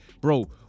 bro